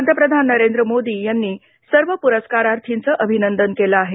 पंतप्रधान नरेंद्र मोदी यांनी सर्व पुरस्कार्थींचं अभिनंदन केलं आहे